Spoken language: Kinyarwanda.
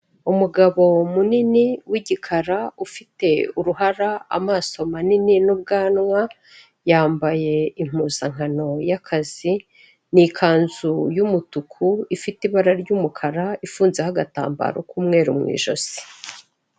Umugabo munini w'igikara ufite uruhara amaso manini n'ubwanwa yambaye impuzankano y'akazi ni ikanzu y'umutuku ifite ibara ry'umukara ifunzeho agatambaro k'umweru mu ijosi.